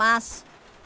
পাঁচ